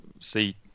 see